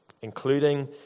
including